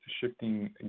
shifting